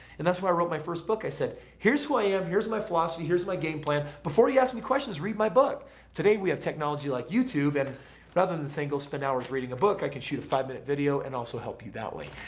and that's why i wrote my first book. i said, here's who i ah am, here's my philosophy, here's my game plan. before you ask me questions read my book today we have technology like youtube and rather than same goes spend hours reading a book i can shoot a five-minute video and also help you that way.